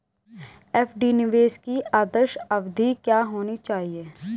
FD निवेश की आदर्श अवधि क्या होनी चाहिए?